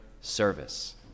service